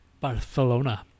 Barcelona